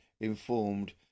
informed